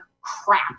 crap